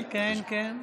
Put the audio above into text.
כן, כן, כן.